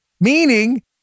meaning